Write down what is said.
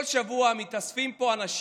כל שבוע מתאספים פה אנשים,